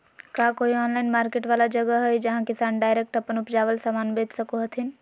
का कोई online market वाला जगह हइ जहां किसान डायरेक्ट अप्पन उपजावल समान बेच सको हथीन?